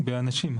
באנשים?